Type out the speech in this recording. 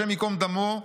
השם יקום דמו,